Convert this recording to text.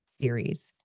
series